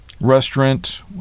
restaurant